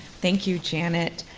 thank you, janet.